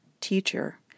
teacher